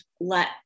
let